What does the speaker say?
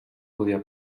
podia